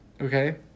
okay